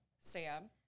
Sam